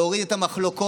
להוריד את המחלוקות